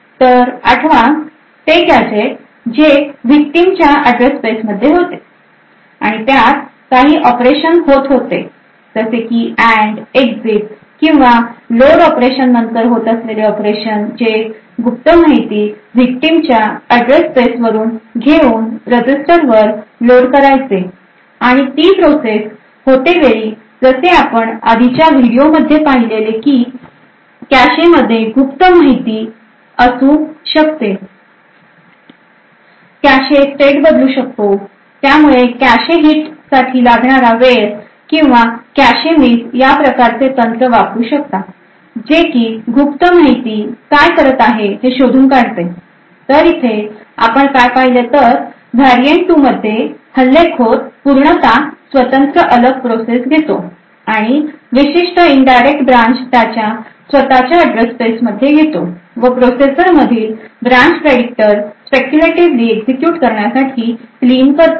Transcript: तर आठवा त्ते gadget जे victim च्या address space मध्ये होते आणि त्यात काही ऑपरेशन होत होते जसे की AND EXIT किंवा लोड ऑपरेशन नंतर होत असलेले ऑपरेशन जे गुप्त माहिती victim च्या address space वरून घेऊन रजिस्टर वर लोड करायचे आणि ती प्रोसेस होतेवेळी जसे आपण आधीच्या व्हिडिओमध्ये पाहिलेले की Cache मध्ये गुप्त माहिती असू शकते Cache state बदलू शकतो त्यामुळे cache hit साठी लागणारा वेळ किंवा cache miss या प्रकारचे तंत्र वापरू शकता जे की गुप्त माहिती काय करत आहे हे शोधून काढते तर इथे आपण काय पाहिले तर Variant 2 मध्ये हल्लेखोर पूर्णतः स्वतंत्र अलग प्रोसेस घेतो आणि विशिष्ट indirect branch त्याच्या स्वतःच्या address space मध्ये घेतो व प्रोसेसर मधील branch predictor speculatively एक्झिक्युट करण्यासाठी clean करतो